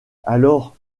alors